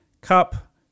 cup